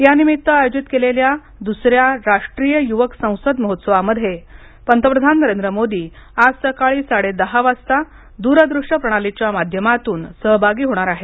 यानिमित आयोजित केलेल्या दुसऱ्या राष्ट्रीय युवक संसद महोत्सवामध्ये पंतप्रधान नरेंद्र मोदी आज सकाळी साडे दहा वाजता द्रदृश्य प्रणालीच्या माध्यमातून सहभागी होणार आहेत